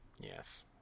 Yes